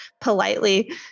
politely